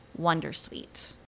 Wondersuite